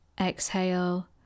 exhale